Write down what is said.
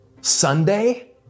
Sunday